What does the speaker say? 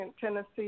Tennessee